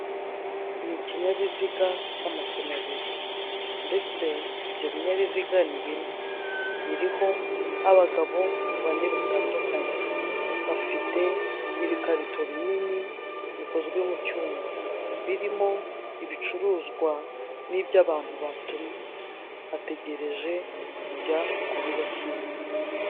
Ni ikinyabiziga cy'amapine abiri. Ndetse ibyo binyabiziga ni bine biriho abagabo bane batandukanya. Bafite ibikarito binini bikozwe mu cyuma. Birimo ibicuruzwa n'ibyo abantu batumye, bategereje kujya kubibashyira.